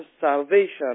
salvation